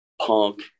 Punk